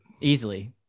easily